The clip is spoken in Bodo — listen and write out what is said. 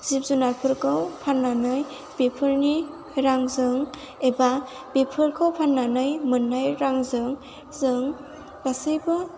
जिब जुनारफोरखौ फाननानै बेफोरनि रांजों एबा बेफोरखौ फाननानै मोननाय रांजों जों गासैबो